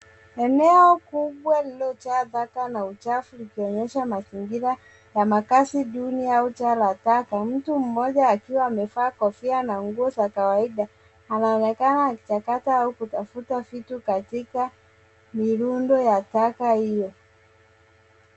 Eneo kubwa lililojaa taka na uchafu likionyesha mazingira ya makazi duni au jaa la taka. Mtu mmoja akiwa amevaa kofia na nguo za kawaida anaonekana akichakata au kutafuta vitu katika milundo ya taka hiyo.